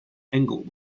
englewood